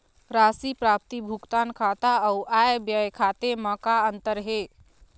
राशि प्राप्ति भुगतान खाता अऊ आय व्यय खाते म का अंतर हे?